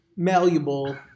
malleable